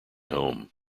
home